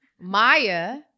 Maya